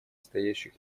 стоящих